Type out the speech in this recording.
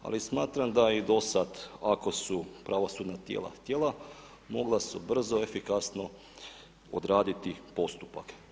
Ali smatram da je i do sada ako su pravosudna tijela htjela mogla su brzo, efikasno odraditi postupak.